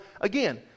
again